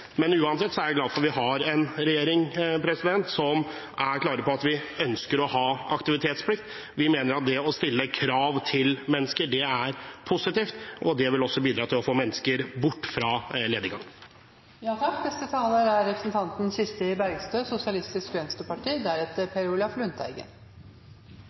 men uansett er jeg glad for at vi har en regjering som er klar på at vi ønsker å ha aktivitetsplikt. Vi mener at det å stille krav til mennesker er positivt, og det vil også bidra til å få mennesker bort fra lediggang. Det handler ikke om å snu, det handler om å se hva som er